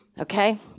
okay